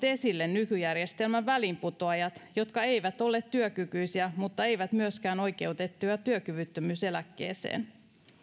esille nykyjärjestelmän väliinputoajat jotka eivät ole työkykyisiä mutta eivät myöskään oikeutettuja työkyvyttömyyseläkkeeseen